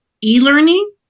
e-learning